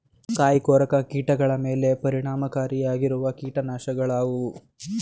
ಕಾಯಿಕೊರಕ ಕೀಟಗಳ ಮೇಲೆ ಪರಿಣಾಮಕಾರಿಯಾಗಿರುವ ಕೀಟನಾಶಗಳು ಯಾವುವು?